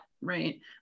right